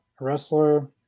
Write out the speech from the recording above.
Wrestler